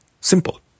simple